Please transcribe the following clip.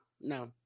no